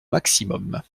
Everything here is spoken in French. maximum